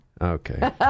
okay